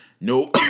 no